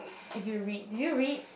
if you read did you read